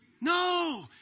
No